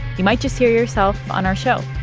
you might just hear yourself on our show.